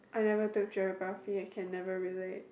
I never took Geography I can never relate